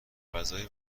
غذای